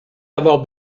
avoir